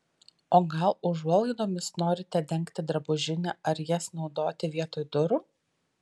o gal užuolaidomis norite dengti drabužinę ar jas naudoti vietoj durų